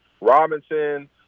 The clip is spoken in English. Robinson